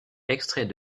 extrait